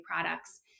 products